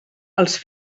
els